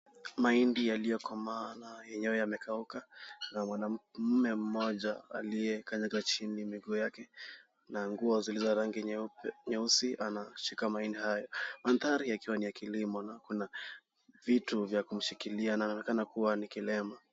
Mahindi yaliyokomaa yenyewe yamekauka na mwanamume mmoja aliyekanyaga chini miguu yake na nguo zilziorangi nyeupe nyeusi anashika mahindi hayo. Mandhari yakiwa ni ya kilimo na akona vitu vya kushikilia anaonekana kuwa ni kilema.